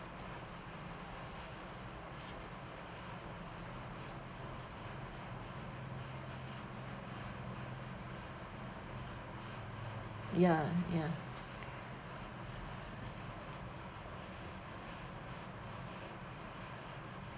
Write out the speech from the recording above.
ya ya